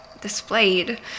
displayed